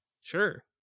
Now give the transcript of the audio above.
Sure